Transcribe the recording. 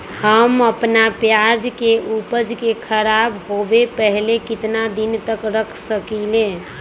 हम अपना प्याज के ऊपज के खराब होबे पहले कितना दिन तक रख सकीं ले?